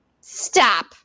Stop